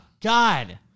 God